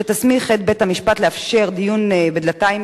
שתסמיך את בית-המשפט לאפשר דיון בדלתיים